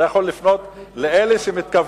אתה יכול לפנות לאלה שמתכוונים.